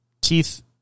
teeth